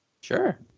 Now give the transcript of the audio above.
Sure